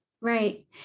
Right